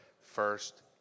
first